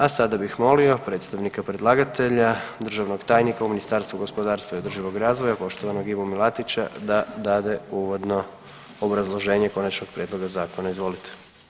A sada bih molio predstavnika predlagatelja državnog tajnika u Ministarstvu gospodarstva i održivog razvoja poštovanog Ivu Milatića da dade uvodno obrazloženje konačnog prijedloga zakona, izvolite.